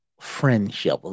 friendship